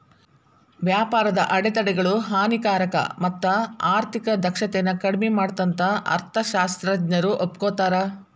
ವ್ಯಾಪಾರದ ಅಡೆತಡೆಗಳು ಹಾನಿಕಾರಕ ಮತ್ತ ಆರ್ಥಿಕ ದಕ್ಷತೆನ ಕಡ್ಮಿ ಮಾಡತ್ತಂತ ಅರ್ಥಶಾಸ್ತ್ರಜ್ಞರು ಒಪ್ಕೋತಾರ